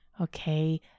Okay